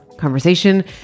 Conversation